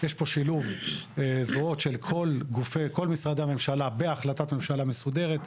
יש פה שילוב זרועות של כל משרדי הממשלה בהחלטת ממשלה מסודרת.